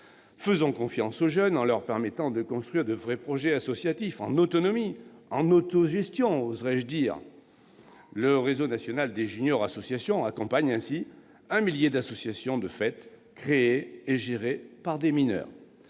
Faisons confiance aux jeunes en leur permettant de construire de vrais projets associatifs en autonomie, en autogestion, oserai-je dire ! Le réseau national des juniors associations accompagne ainsi un millier d'associations de fait, créées et gérées par des mineurs.